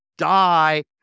die